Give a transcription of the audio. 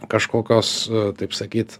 kažkokios taip sakyt